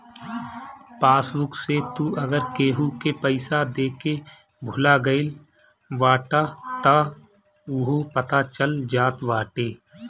passbook से तू अगर केहू के पईसा देके भूला गईल बाटअ तअ उहो पता चल जात बाटे